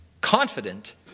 confident